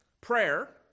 prayer